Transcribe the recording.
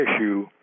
issue